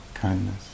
kindness